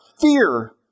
Fear